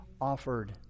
offered